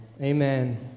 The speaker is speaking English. Amen